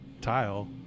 tile